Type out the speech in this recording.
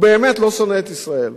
הוא באמת לא שונא את ישראל.